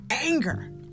anger